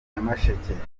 nyamasheke